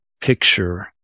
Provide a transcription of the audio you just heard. picture